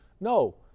No